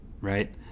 right